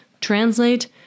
translate